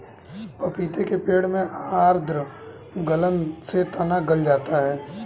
पपीते के पेड़ में आद्र गलन से तना गल जाता है